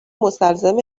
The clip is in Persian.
مستلزم